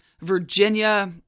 Virginia